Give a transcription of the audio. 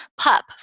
pup